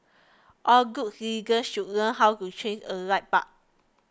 all good citizens should learn how to change a light bulb